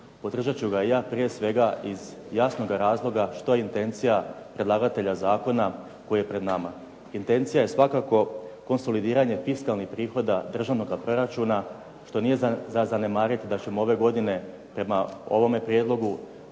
podržat ću ga i ja, prije svega iz jasnoga razloga što je intencija predlagatelja zakona koji je pred nama. Intencija je svakako konsolidiranje fiskalnih prihoda državnoga proračuna, što nije za zanemariti da ćemo ove godine prema ovome prijedlogu